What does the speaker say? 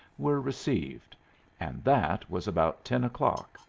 were received and that was about ten o'clock,